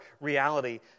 reality